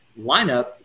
lineup